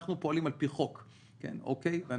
אנחנו פועלים על פי חוק אבל אנחנו